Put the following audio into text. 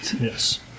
Yes